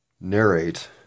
narrate